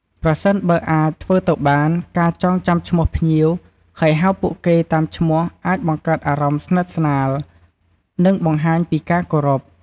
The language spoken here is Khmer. ប្រសិនបើអាចធ្វើទៅបាន ការចងចាំឈ្មោះភ្ញៀវ ហើយហៅពួកគេតាមឈ្មោះ អាចបង្កើតអារម្មណ៍ស្និទ្ធស្នាល និងបង្ហាញពីការគោរព។